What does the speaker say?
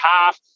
half